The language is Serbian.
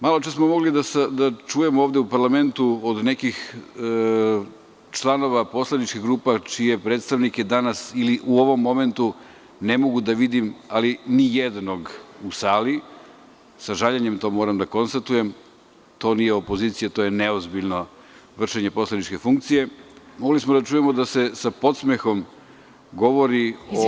Maločas smo mogli da čujemo u parlamentu od nekih članova poslaničkih grupa čije predstavnike danas ili u ovom momentu ne mogu da vidim, ali ni jednog u sali, sa žaljenjem to moram da konstatujem, to nije opozicija, to je neozbiljno vršenje poslaničke funkcije, mogli smo da čujemo da se sa podsmehom govori o stanju…